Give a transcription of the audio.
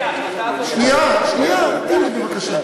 אתה מצדיק את ההחלטה?